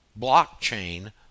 blockchain